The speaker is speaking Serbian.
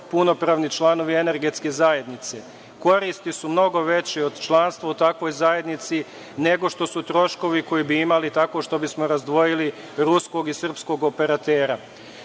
punopravni članovi Energetske zajednice. Koristi su mnogo veće od članstva u takvoj zajednici nego što su troškovi koje bi imali tako što bismo razdvojili ruskog i srpskog operatera. Konačno,